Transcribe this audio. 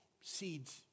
Seeds